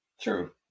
true